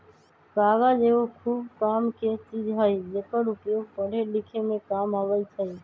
कागज एगो खूब कामके चीज हइ जेकर उपयोग पढ़े लिखे में काम अबइ छइ